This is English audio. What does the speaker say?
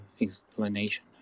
explanation